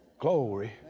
Glory